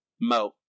Mo